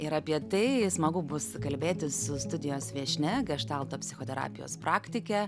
ir apie tai smagu bus kalbėtis su studijos viešnia geštalto psichoterapijos praktike